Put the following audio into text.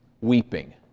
Weeping